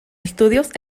estudios